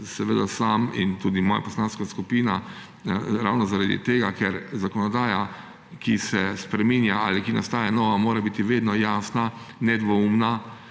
Jaz sam in tudi moja poslanska skupina ravno zaradi tega, ker zakonodaja, ki se spreminja ali ki nastaja nova, mora biti vedno jasna, nedvoumna